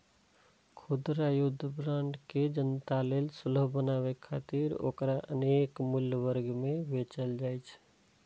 खुदरा युद्ध बांड के जनता लेल सुलभ बनाबै खातिर ओकरा अनेक मूल्य वर्ग मे बेचल जाइ छै